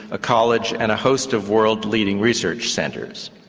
a college and a host of world-leading research centres.